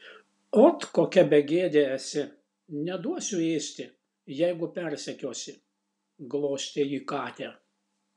ot kokia begėdė esi neduosiu ėsti jeigu persekiosi glostė ji katę